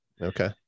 Okay